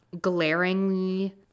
glaringly